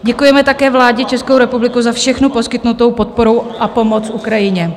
Děkujeme také vládě České republiky za všechnu poskytnutou podporu a pomoc Ukrajině.